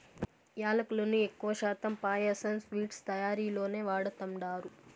యాలుకలను ఎక్కువ శాతం పాయసం, స్వీట్స్ తయారీలోనే వాడతండారు